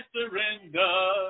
surrender